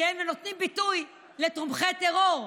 אל תפריע.